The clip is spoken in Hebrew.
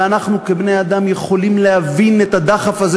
ואנחנו כבני-אדם יכולים להבין את הדחף הזה